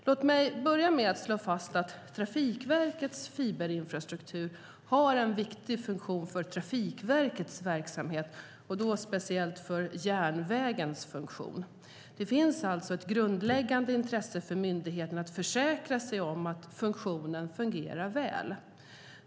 Låt mig börja med att slå fast att Trafikverkets fiberinfrastruktur har en viktig funktion för Trafikverkets verksamhet, och då speciellt för järnvägens funktion. Det finns alltså ett grundläggande intresse för myndigheten att försäkra sig om att funktionen fungerar väl.